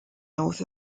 north